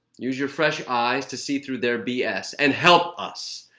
use your fresh eyes to see through their b s. and help us.